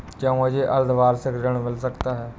क्या मुझे अर्धवार्षिक ऋण मिल सकता है?